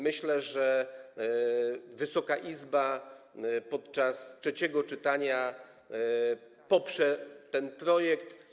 Myślę, że Wysoka Izba podczas trzeciego czytania poprze ten projekt.